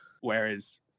whereas